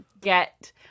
get